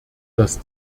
dass